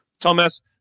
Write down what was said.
Thomas